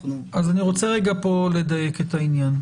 אני רוצה לדייק את העניין.